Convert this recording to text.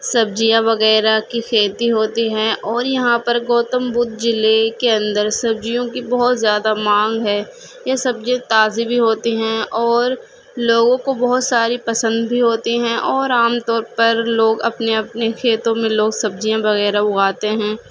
سبزیاں وغیرہ کی کھیتی ہوتی ہیں اور یہاں پر گوتم بدھ ضلعے کے اندر سبزیوں کی بہت زیادہ مانگ ہے یہ سبزی تازی بھی ہوتی ہیں اور لوگوں کو بہت ساری پسند بھی ہوتی ہیں اور عام طور پر لوگ اپنے اپنے کھیتوں میں لوگ سبزیاں وغیرہ اگاتے ہیں